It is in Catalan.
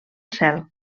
cel